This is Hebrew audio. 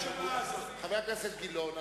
חבר הכנסת רמון,